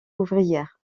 ouvrière